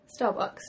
Starbucks